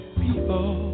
people